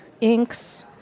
inks